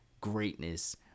greatness